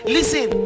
Listen